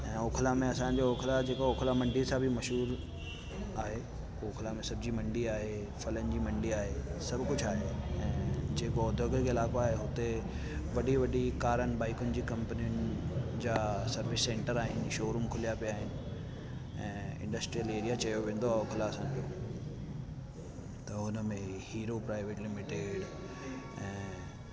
ऐं ओखला में असांजो ओखला जो जेको ओखला मंडीअ सां बि मशहूरु आहे ओखला में सब्जी मंडी आहे फलनि जी मंडी आहे सभु कुझु आहे ऐं जेको ओध्योगिक इलाइक़ो आहे उते वॾी वॾी कारनि बाईकुनि जी कंपनियुनि जा सभु सेंटर आहिनि शोरूम खुलिया पिया आहिनि ऐं इंडस्ट्रीयल एरिया चयो वेंदो आहे ओखला खे त हुन में हीरो प्राईवेट लिमिटेड